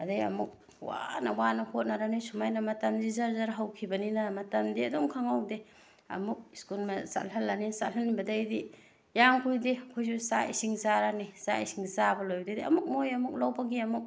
ꯑꯗꯩ ꯑꯃꯨꯛ ꯋꯥꯅ ꯋꯥꯅ ꯍꯣꯠꯅꯔꯅꯤ ꯁꯨꯃꯥꯏꯅ ꯃꯇꯝꯁꯤ ꯖꯔ ꯖꯔ ꯍꯧꯈꯤꯕꯅꯤꯅ ꯃꯇꯝꯗꯤ ꯑꯗꯨꯝ ꯈꯪꯍꯧꯗꯦ ꯑꯃꯨꯛ ꯏꯁꯀꯨꯟ ꯆꯠꯍꯜꯂꯅꯤ ꯆꯠꯍꯟꯕꯗꯒꯤꯗꯤ ꯌꯥꯝ ꯀꯨꯏꯗꯦ ꯑꯩꯈꯣꯏꯁꯨ ꯆꯥꯛ ꯏꯁꯤꯡ ꯆꯥꯔꯅꯤ ꯆꯥꯛ ꯏꯁꯤꯡ ꯆꯥꯕ ꯂꯧꯏꯕꯗꯒꯤꯗꯤ ꯑꯃꯨꯛ ꯃꯣꯏ ꯑꯃꯨꯛ ꯂꯧꯕꯒꯤ ꯑꯃꯨꯛ